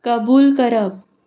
कबूल करप